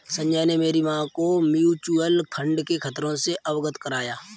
संजय ने मेरी मां को म्यूचुअल फंड के खतरों से अवगत कराया